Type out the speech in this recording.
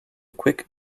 quick